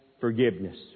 forgiveness